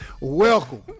welcome